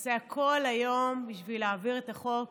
נעשה הכול היום בשביל להעביר את החוק